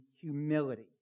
humility